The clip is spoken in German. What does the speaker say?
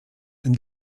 den